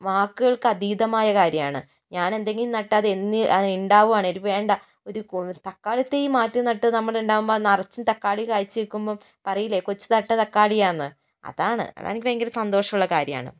വാക്കുകൾക്കതീതമായ കാര്യമാണ് ഞാനെന്തെങ്കിലും നട്ടാൽ അത് എന്ന് ഉണ്ടാവുകയാണേലും വേണ്ട ഒരു തക്കാളിത്തൈ മാറ്റി നട്ട് നമ്മുടെ ഉണ്ടാവുമ്പോൾ നിറച്ചും തക്കാളി കായ്ച്ചു നിക്കുമ്പോൾ പറയില്ലേ കൊച്ച് നട്ട തക്കാളിയാണെന്ന് അതാണ് അതെനിക്ക് ഭയങ്കര സന്തോഷമുള്ള കാര്യമാണ്